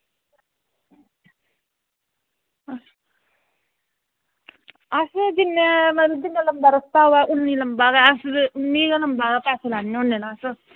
जिन्ना रस्ता लम्बा होऐ उन्ना जादै लैने होने अस ते उन्नी गै लम्बा पैसे लैने होने अस